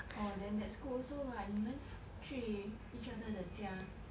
orh then that's good also what 你们去 each other 的家